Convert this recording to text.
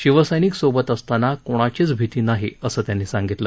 शिवसैनिक सोबत असताना कोणाचीच भिती नाही असं त्यांनी सांगितलं